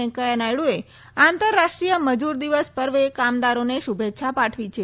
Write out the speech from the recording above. વેંકેયા નાયડુએ આંતરરાષ્ટ્રીય મજૂર દિવસ પર્વે કામદારોને શુભેચ્છા પાઠવી છે